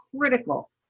critical